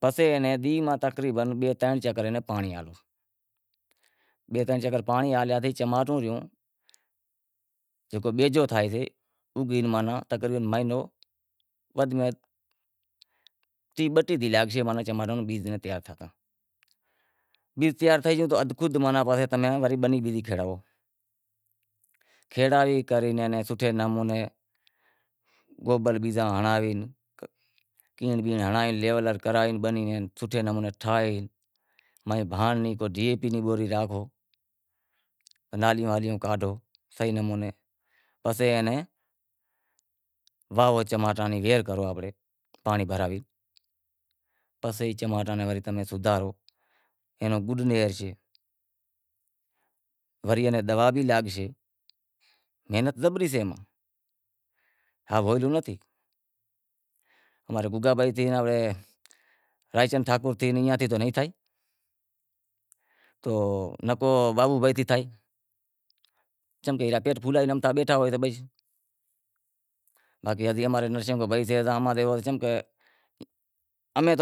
پسے ایئے نیں دینہں میں تقریبن بئے ترن چکر پانڑی ہالنڑو سے، بئے ترن چکر پانڑی ہالیا تھے چماٹو ریوں جکو بیجو تھائیسے او بھی تقریبن مہینو ودھ میں ودھ ٹیہہ بٹیہہ ڈینہہ لاگشے چماٹاں رو بج تیار تھینڑ نیں، بیج تیار تھئی گیو تو پسے ازخود تمیں وڑے بنی بیزی کھیڑاوو کھیڑاوی کری انیں سوٹھے نمونے گوبل بیزا ہنڑاوی کینڑ بینڑ ہنڑائے لیول بیول کرائے بنی نیں سوٹھے نمونے ٹھائی مہیں بھانڑ ری ڈی اے پی ری کوئی بوری ناکھو نالیوں کاڈھو صحیح نمونے پسے اینے واوو چماٹاں ری ویہر کرو آنپڑی، پانڑی بھراوی پسے چماٹاں نیں وڑے تمیں سودھارو، اینوں گوڈ کڈہشے وری اینے دوا بھی لاگشے محنت زبری سے، ہاولو ناں تھی، اماری گونگا بائی تھی، رائیچند ٹھاکر تھیو ایئاں تھیں تو نائیں تھے تو چمکہ اے پیٹ پھولئی بیٹھا ہوئیں بئی، باقی امارو نرسینگ بھائی تھیو یا اماں جیوو سے چمکہ امیں،